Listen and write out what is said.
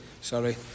Sorry